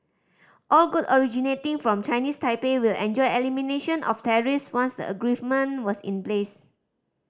all good originating from Chinese Taipei will enjoy elimination of tariffs once the agreement was in place